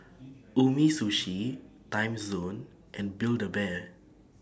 Umisushi Timezone and Build A Bear